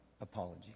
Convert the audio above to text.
apology